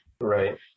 Right